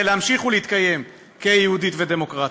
להמשיך ולהתקיים כיהודית ודמוקרטית,